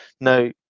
now